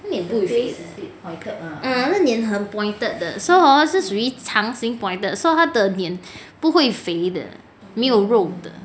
她的脸不会肥的那个脸很 pointed 的 so hor 是属于长形 pointed 的 so 她的脸不会肥的没有肉